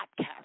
podcast